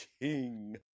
king